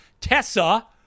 tessa